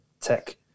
tech